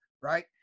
right